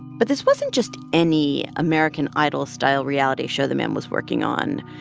but this wasn't just any american idol style reality show the meme was working on.